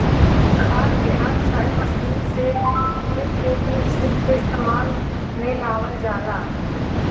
खाद के हाथ चाहे मशीन से पूरे खेत में छींट के इस्तेमाल में लेवल जाला